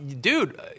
dude